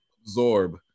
Absorb